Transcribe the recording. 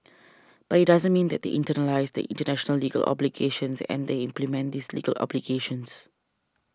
but it doesn't mean that they internalise the international legal obligations and that they implement these legal obligations